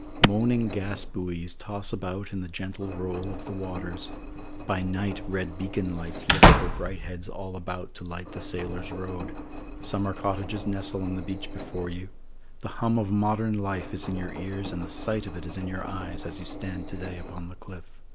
moaning gas-buoys toss about in the gentle roll of the waters by night red beacon lights lift their bright heads all about to light the sailor's road summer cottages nestle on the beach before you the hum of modern life is in your ears and the sight of it is in your eyes as you stand to-day upon the cliff.